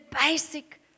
basic